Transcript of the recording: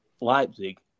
Leipzig